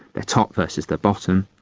their top versus their bottom.